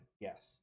Yes